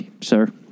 sir